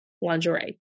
lingerie